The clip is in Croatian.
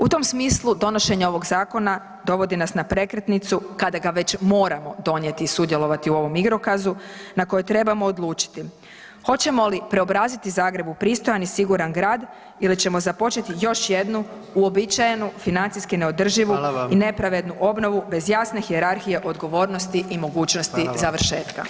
U tom smislu donošenje ovog zakona dovodi nas na prekretnicu kada ga već moramo donijeti i sudjelovati u ovom igrokazu na koje trebamo odlučiti hoćemo li preobraziti Zagreb u pristojan i siguran grad ili ćemo započeti još jednu uobičajenu financijski neodrživu [[Upadica: Hvala vam.]] i nepravednu obnovu bez jasne hijerarhije odgovornosti i mogućnosti završetka.